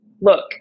look